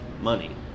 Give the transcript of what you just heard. money